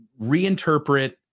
reinterpret